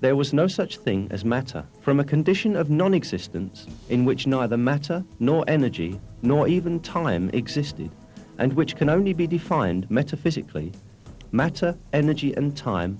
there was no such thing as matter from a condition of nonexistence in which neither matter nor energy nor even time existed and which can only be defined metaphysically matter energy and time